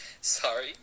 Sorry